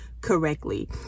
correctly